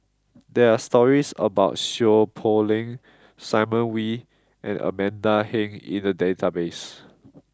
there are stories about Seow Poh Leng Simon Wee and Amanda Heng in the database